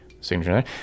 Signature